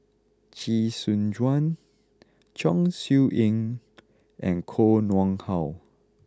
Chee Soon Juan Chong Siew Ying and Koh Nguang How